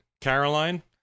Caroline